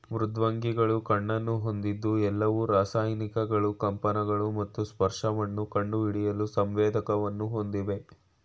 ಮೃದ್ವಂಗಿಗಳು ಕಣ್ಣನ್ನು ಹೊಂದಿದ್ದು ಎಲ್ಲವು ರಾಸಾಯನಿಕಗಳು ಕಂಪನಗಳು ಮತ್ತು ಸ್ಪರ್ಶವನ್ನು ಕಂಡುಹಿಡಿಯಲು ಸಂವೇದಕವನ್ನು ಹೊಂದಿವೆ